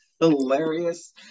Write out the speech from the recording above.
Hilarious